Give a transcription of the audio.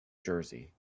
jersey